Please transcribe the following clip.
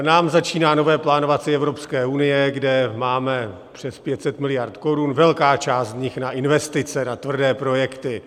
Nám začíná nové plánovací Evropské unie, kde máme přes 500 miliard korun, velká část z nich na investice, na tvrdé projekty.